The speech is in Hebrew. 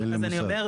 אין לי מושג.